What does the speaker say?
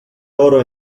oro